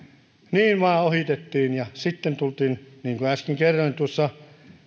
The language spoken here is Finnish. niin vain ohitettiin ja sitten tultiin niin kuin äsken kerroin tuossa